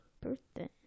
birthday